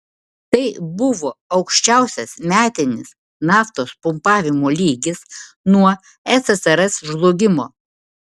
tai buvo aukščiausias metinis naftos pumpavimo lygis nuo ssrs žlugimo